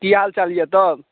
की हालचाल यए तब